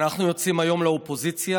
אנחנו יוצאים היום לאופוזיציה